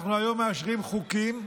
אנחנו היום מאשרים חוקים,